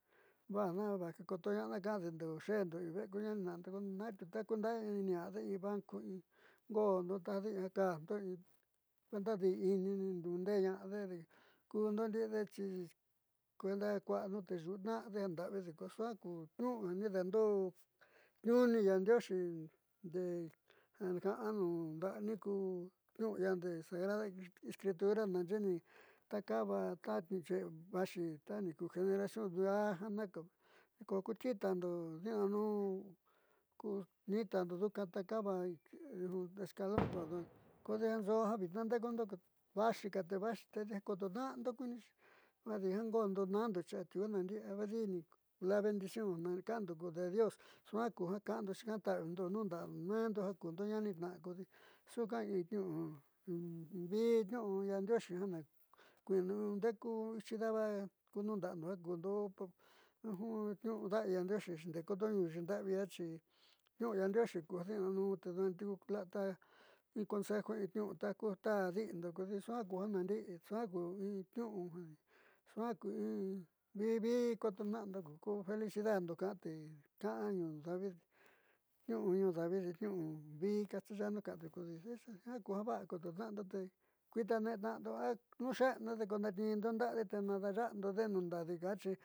Ko nuaa kaan ndoo ndoo jadi kuinxi ja vi vi kandeekana'ando ndii ku ña'anindo ku ditondo ku ku'uando ku sobrinondo ku nietondo ndiate jiaa ku ku razando te kande'ekana'ando jiaa suaa vida suaa felicidad ja ka'ande niu'u davi ja kototna'ando tedi vajna vajkotona'ana ka'ande xe'endo in ve'e ku ñanitna'ando ko tna'atiu kundaa iinide in banco in go'ondo tajde in ja kajndo in kuenda i'ini ninunde'eñaanidekuundo ndi'ide kuenda teexu'utna'ade jan da'avide ko suaa ku niu'u ja niindaandó niuuni yaandioxi ja ka'anu nuu da'a niku niuu sagrada escritura naaxeé takaba ta vaxi ta generación daá ku titando diinanun kunitanda nduka takaba escalon kodinsoó ja vitna ndekundo vaxika te vaxi tedi ja kotoina'axi kuinixi adi jango'omdo na'ando atiuu ja nandi'i vadini la bendición de dios suaa ja ka'ando xii kaata'avindo nuuda'a meendo ja kuundo ña'anitna'a kodi yuunka in niu'u vi niu'u yaandioxi.